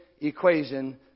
equation